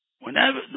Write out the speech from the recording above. Whenever